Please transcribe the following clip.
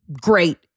Great